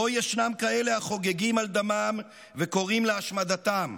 שבו ישנם כאלה החוגגים על דמם וקוראים להשמדתם.